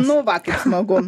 nu va kaip smagu